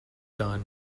done